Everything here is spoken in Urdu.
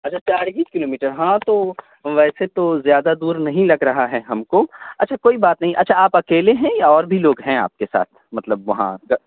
اچھا چار ہی کلو میٹر ہاں تو ویسے تو زیادہ دور نہیں لگ رہا ہے ہم کو اچھا کوئی بات نہیں اچھا آپ اکیلے ہیں یا اور بھی لوگ ہیں آپ کے ساتھ مطلب وہاں